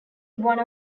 one